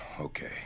Okay